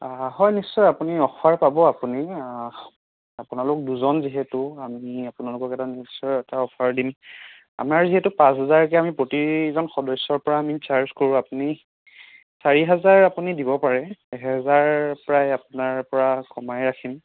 হয় নিশ্চয় আপুনি অফাৰ পাব আপুনি আপোনালোক দুজন যিহেতু আমি আপোনালোকক এটা নিশ্চয় এটা অফাৰ দিম আমাৰ যিহেতু পাঁচহাজাৰকে আমি প্ৰতিজন সদস্যৰপৰা আমি চাৰ্জ কৰোঁ আপুনি চাৰিহাজাৰ আপুনি দিব পাৰে এহেজাৰ প্ৰায় আপোনাৰ পৰা কমাই ৰাখিম